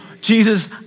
Jesus